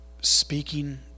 speaking